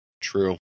True